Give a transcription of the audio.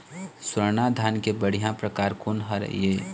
स्वर्णा धान के बढ़िया परकार कोन हर ये?